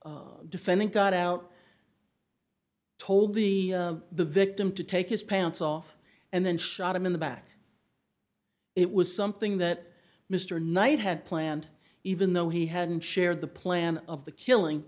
the defendant got out told the the victim to take his pants off and then shot him in the back it was something that mr knight had planned even though he hadn't shared the plan of the killing